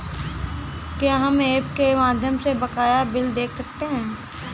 क्या हम ऐप के माध्यम से बकाया बिल देख सकते हैं?